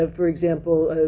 ah for example,